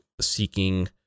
seeking